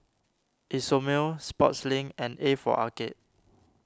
Isomil Sportslink and A for Arcade